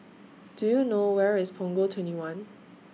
Do YOU know Where IS Punggol twenty one